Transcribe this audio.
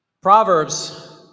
Proverbs